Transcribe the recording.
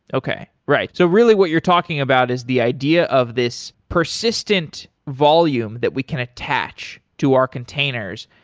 okay. right. so really what you're talking about is the idea of this persistent volume that we can attach to our containers.